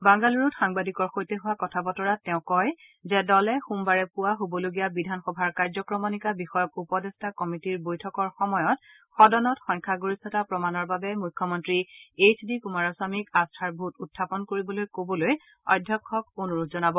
বাংগালুৰুত সাংবাদিকৰ সৈতে হোৱা কথা বতৰাত তেওঁ কয় যে দলে সোমবাৰে পুৱা হ'বলগীয়া বিধানসভাৰ কাৰ্যক্ৰমণিকা বিষয়ক উপদেষ্টা কমিটীৰ বৈঠকৰ সময়ত সদনত সংখ্যাগৰিষ্ঠতা প্ৰমাণৰ বাবে মুখ্যমন্তী এইছডি কুমাৰাস্বামীক আস্থাৰ ভোট উখাপন কৰিবলৈ কবলৈ অধ্যক্ষক অনুৰোধ জনাব